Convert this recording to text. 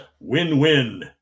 win-win